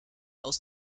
aus